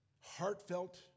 heartfelt